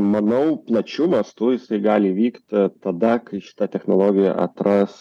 manau plačiu mastu jisai gali įvykt tada kai šita technologija atras